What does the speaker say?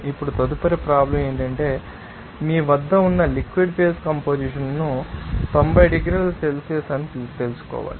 ఇప్పుడు తదుపరి ప్రాబ్లం ఏమిటంటే మీ వద్ద ఉన్న లిక్విడ్ ఫేజ్ కంపొజిషన్ ను 90 డిగ్రీల సెల్సియస్ అని తెలుసుకోవాలి